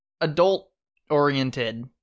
adult-oriented